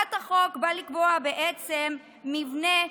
הצעת החוק באה בעצם לקבוע מבנה,